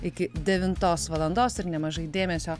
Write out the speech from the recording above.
iki devintos valandos ir nemažai dėmesio